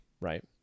right